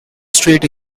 street